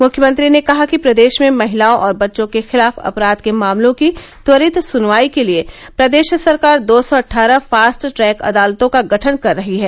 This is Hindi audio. मुख्यमंत्री ने कहा कि प्रदेश में महिलाओं और बच्चों के खिलाफ अपराध के मामलों की त्वरित सुनवाई के लिए प्रदेश सरकार दो सौ अठारह फास्ट ट्रैक अदालतों का गठन कर रही है